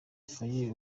faye